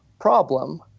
problem